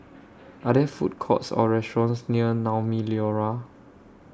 Are There Food Courts Or restaurants near Naumi Liora